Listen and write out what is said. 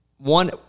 one